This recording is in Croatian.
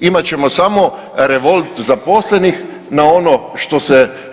Imat ćemo samo revolt zaposlenih na ono